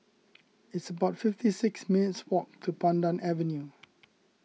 it's about fifty six minutes' walk to Pandan Avenue